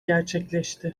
gerçekleşti